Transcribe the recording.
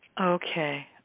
okay